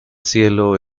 cielo